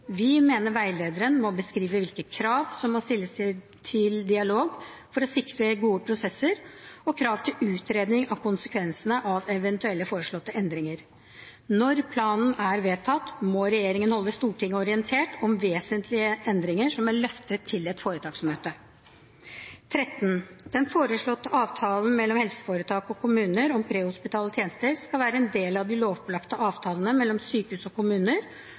Vi mener veilederen må beskrive hvilke krav som må stilles til dialog for å sikre gode prosesser, og krav til utredning av konsekvensene av eventuelle foreslåtte endringer. Når planen er vedtatt, må regjeringen holde Stortinget orientert om vesentlige endringer som er løftet til et foretaksmøte. Den foreslåtte avtalen mellom helseforetak og kommuner om prehospitale tjenester skal være en del av de lovpålagte avtalene mellom sykehus og kommuner,